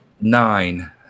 Nine